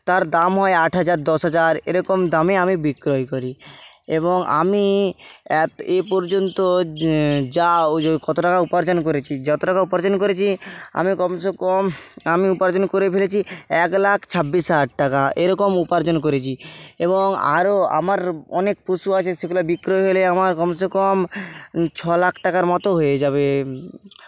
তার দাম হয় আট হাজার দশ হাজার এরকম দামে আমি বিক্রয় করি এবং আমি এ পর্যন্ত যা ওই যে কত টাকা উপার্জন করেছি যত টাকা উপার্জন করেছি আমি কমসে কম আমি উপার্জন করে ফেলেছি এক লাখ ছাব্বিশ হাজার টাকা এরকম উপার্জন করেছি এবং আরো আমার অনেক পশু আছে সেগুলো বিক্রয় হলে আমার কমসে কম ছ লাখ টাকার মতো হয়ে যাবে